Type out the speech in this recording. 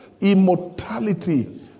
immortality